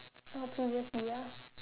oh previously ah